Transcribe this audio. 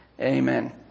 amen